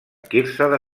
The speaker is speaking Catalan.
quirze